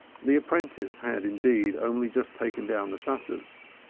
the apprentice had, indeed, only just taken down the shutters.